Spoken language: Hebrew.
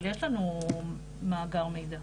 אבל יש לנו מאגר מידע.